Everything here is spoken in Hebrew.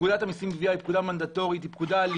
פקודת המיסים גבייה היא פקודה מנדטורית ואלימה.